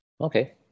Okay